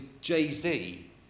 Jay-Z